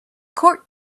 court